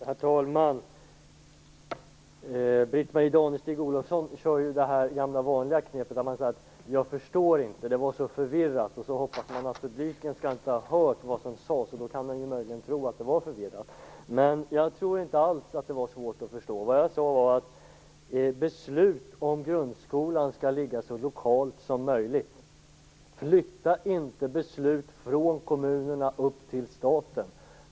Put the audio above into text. Herr talman! Britt-Marie Danestig-Olofsson kör med det gamla vanliga knepet att säga att man inte förstår och att det var så förvirrat. Man hoppas att publiken inte skall ha hört vad som faktiskt sades, och då kan den möjligen tro att det var förvirrat. Men jag tror inte alls att det var svårt att förstå. Jag sade att beslut om grundskolan skall ligga så lokalt som möjligt. Flytta inte beslut från kommunerna upp till staten!